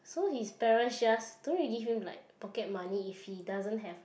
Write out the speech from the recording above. so his parents just don't really give him like pocket money if he doesn't have like